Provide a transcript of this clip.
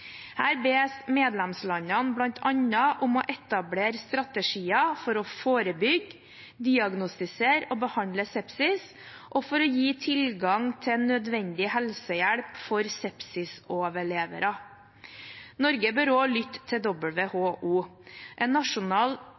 Her bes medlemslandene bl.a. om å etablere strategier for å forebygge, diagnostisere og behandle sepsis og for å gi tilgang til nødvendig helsehjelp for sepsisoverlevere. Norge bør også lytte til WHO. En nasjonal